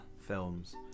films